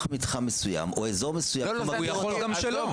מתחם מסוים או אזור מסוים ש --- והוא יכול גם שלא.